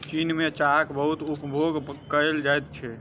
चीन में चाहक बहुत उपभोग कएल जाइत छै